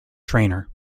trainer